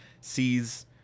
sees